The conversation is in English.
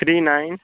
three nine